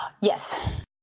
Yes